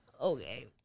Okay